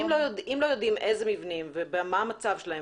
אם לא יודעים איזה מבנים ומה המצב שלהם